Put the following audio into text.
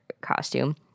costume